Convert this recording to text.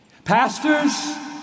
pastors